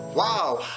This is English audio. Wow